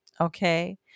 okay